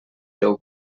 déu